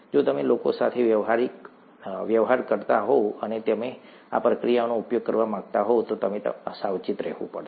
જો તમે લોકો સાથે વ્યવહાર કરતા હોવ અને તમે આ પ્રક્રિયાનો ઉપયોગ કરવા માંગતા હોવ તો તમારે સાવચેત રહેવું પડશે